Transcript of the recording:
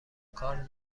کار